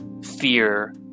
fear